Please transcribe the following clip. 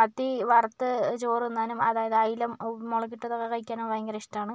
മത്തി വറുത്ത് ചോറുണ്ണാനും അതായത് അയല മുളകിട്ടത് കഴിക്കാനും ഭയങ്കരിഷ്ടമാണ്